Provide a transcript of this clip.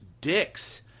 Dicks